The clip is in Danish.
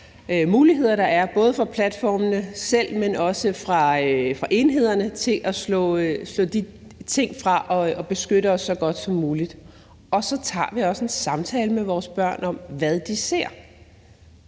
muligheder, der er, både på platformene selv, men også i enhederne til at slå de ting fra og beskytte os så godt som muligt. Og så tager vi også en samtale med vores børn om, hvad de ser.